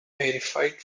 verified